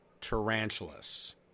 Tarantulas